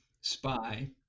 spy